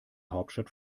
hauptstadt